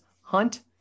hunt